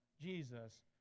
Jesus